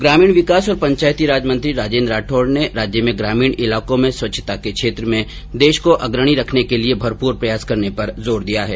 ग्रामीण विकास और पंचायती राज मंत्री राजेन्द्र राठौड़ ने राज्य में ग्रामीण इलाकों में स्वच्छता के क्षेत्र में देश को अग्रणी रखने के लिये भरपूर प्रयास करने पर जोर दिया है